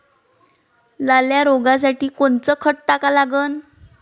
लाल्या रोगासाठी कोनचं खत टाका लागन?